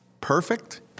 perfect